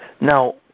Now